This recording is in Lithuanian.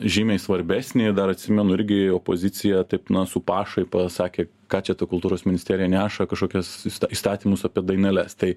žymiai svarbesnį dar atsimenu irgi opozicija taip na su pašaipa sakė ką čia ta kultūros ministerija neša kažkokius įstatymus apie daineles tai